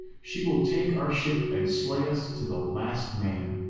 she will take our ship and slay us to the last man.